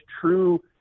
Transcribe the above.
true